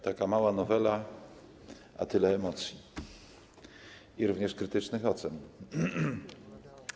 Taka mała nowela a tyle emocji, jak również krytycznych ocen.